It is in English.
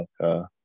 Okay